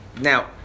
Now